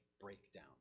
breakdown